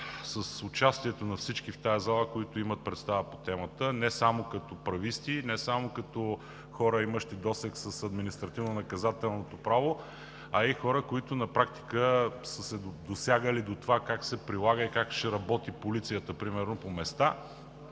с участието на всички в тази зала, които имат представа по темата – не само като прависти и не само като хора, имащи досег с административнонаказателното право, а и хора, които на практика са се досягали до това как се прилага и как ще работи полицията примерно по места.